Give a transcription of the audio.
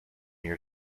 your